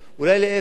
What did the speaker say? אולי להיפך.